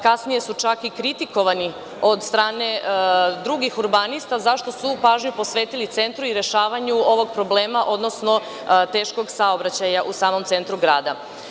Kasnije su čak i kritikovani od strane drugih urbanista zašto su pažnju posvetili centru i rešavanju ovog problema, odnosno teškog saobraćaja u samom centru grada.